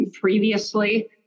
previously